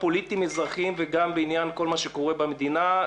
הפוליטיים-אזרחיים וגם בעניין כל מה שקורה במדינה.